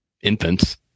infants